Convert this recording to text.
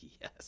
yes